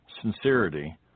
sincerity